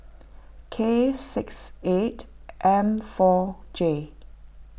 K six eight M four J